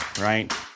right